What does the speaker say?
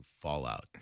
Fallout